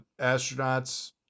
astronauts